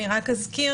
אני רק אזכיר,